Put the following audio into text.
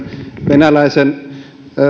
venäläisen